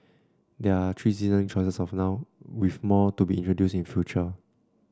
there are three seasoning choices as of now with more to be introduced in the future